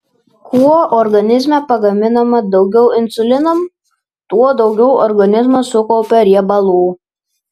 kuo organizme pagaminama daugiau insulino tuo daugiau organizmas sukaupia riebalų